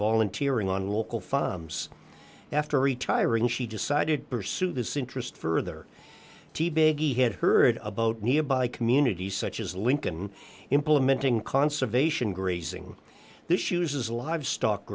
volunteering on local firms after retiring she decided to pursue this interest further teabag he had heard about nearby communities such as lincoln implementing conservation grazing this uses livestock